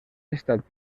estat